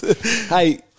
Hey